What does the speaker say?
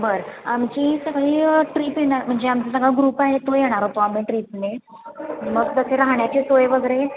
बरं आमची सगळी ट्रीप येणार म्हणजे आमचा सगळा ग्रुप आहे तो येणार होतो आम्ही ट्रीपने मग तसे राहण्याची सोय वगैरे